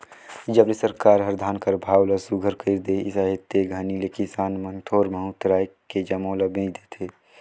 जब ले सरकार हर धान कर भाव ल सुग्घर कइर देहिस अहे ते घनी ले किसान मन थोर बहुत राएख के जम्मो ल बेच देथे